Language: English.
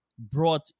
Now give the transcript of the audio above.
Brought